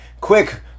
quick